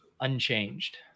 unchanged